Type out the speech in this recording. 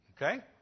Okay